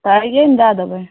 करियै ने दऽ देबै